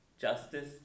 justice